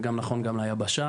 זה נכון גם ליבשה